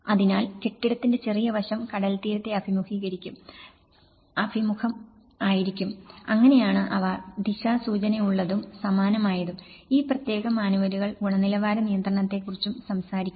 അതിനാൽ കെട്ടിടത്തിന്റെ ചെറിയ വശം കടൽത്തീരത്തെ അഭിമുഖീകരിക്കും അങ്ങനെയാണ് അവ ദിശാസൂചനയുള്ളതും സമാനമായതും ഈ പ്രത്യേക മാനുവലുകൾ ഗുണനിലവാര നിയന്ത്രണത്തെക്കുറിച്ചും സംസാരിക്കുന്നു